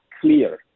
clear